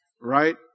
right